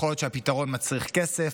יכול להיות שהפתרון מצריך כסף,